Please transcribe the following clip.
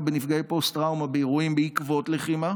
בנפגעי פוסט-טראומה באירועים בעקבות לחימה,